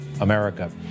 America